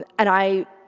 and i